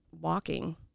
walking